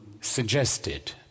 suggested